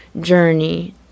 journey